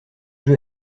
jeux